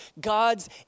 God's